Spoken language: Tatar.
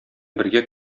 бергә